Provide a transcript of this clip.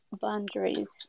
boundaries